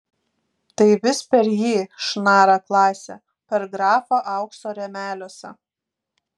tai vis per jį šnara klasė per grafą aukso rėmeliuose